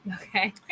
okay